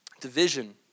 division